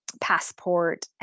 passport